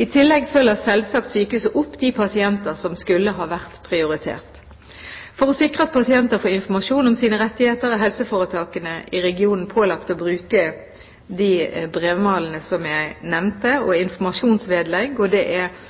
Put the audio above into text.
I tillegg følger selvsagt sykehuset opp de pasienter som skulle ha vært prioritert. For å sikre at pasienter får informasjon om sine rettigheter, er helseforetakene i regionen pålagt i bruke de brevmalene som jeg nevnte, samt informasjonsvedlegg, og det er